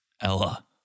Ella